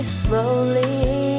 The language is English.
slowly